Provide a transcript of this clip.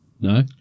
No